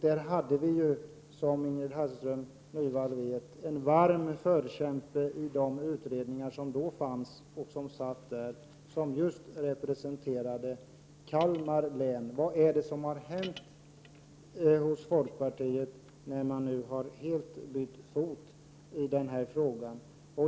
Vi hade då, som Ingrid Hasselström Nyvall vet, varma förkämpar i de utredningar som då pågick just beträffande Kalmar län. Vad är anledningen till att folkpartiet nu har bytt fot i denna fråga?